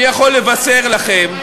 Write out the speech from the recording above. אני יכול לבשר לכם,